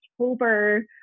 October